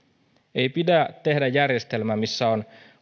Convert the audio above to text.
ei pidä tehdä järjestelmää missä on